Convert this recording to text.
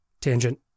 tangent